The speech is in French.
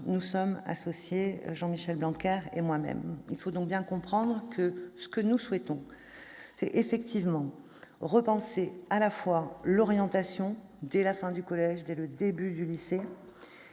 nous sommes associés, Jean-Michel Blanquer et moi-même. Il faut bien le comprendre, ce que nous souhaitons, c'est à la fois repenser l'orientation dès la fin du collège ou le début du lycée